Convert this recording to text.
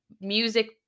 music